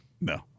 No